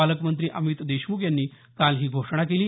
पालकमंत्री अमित देशमुख यांनी काल ही घोषणा केली